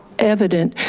evident.